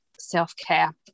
self-care